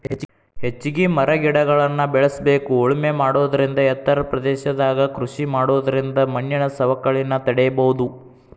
ಹೆಚ್ಚಿಗಿ ಮರಗಿಡಗಳ್ನ ಬೇಳಸ್ಬೇಕು ಉಳಮೆ ಮಾಡೋದರಿಂದ ಎತ್ತರ ಪ್ರದೇಶದಾಗ ಕೃಷಿ ಮಾಡೋದರಿಂದ ಮಣ್ಣಿನ ಸವಕಳಿನ ತಡೇಬೋದು